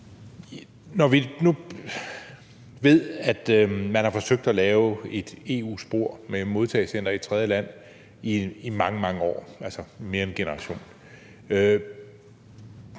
Når vi nu ved, at man har forsøgt at lave et EU-spor med et modtagecenter i et tredjeland i mange, mange år, altså i mere end en generation,